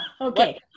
okay